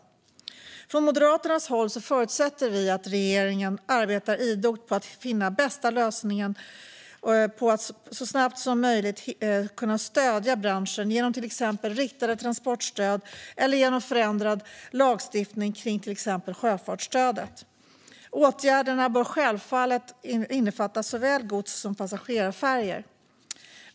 Vi från Moderaterna förutsätter att regeringen arbetar idogt på att finna bästa lösningen för att så snabbt som möjligt kunna stödja branschen genom till exempel riktade transportstöd eller genom förändrad lagstiftning kring till exempel sjöfartsstödet. Åtgärderna bör självfallet innefatta såväl gods som passagerarfärjor.